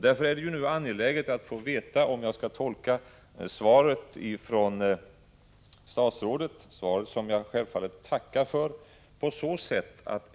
Därför är det nu angeläget att få veta hur jag skall tolka statsrådets svar, som jag självfallet tackar för.